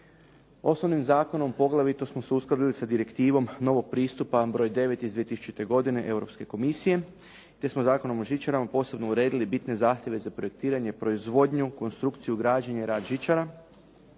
Osnovnim zakonom poglavito smo su se uskladili s direktivom novog pristupa broj 9 iz 2000. godine Europske komisije, te smo Zakonom o žičarama bitno uredili bitne zahtjeve za projektiranje, proizvodnju, konstrukciju i građenje i rad žičara,